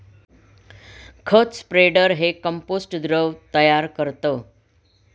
खत स्प्रेडर हे कंपोस्ट द्रव तयार करतं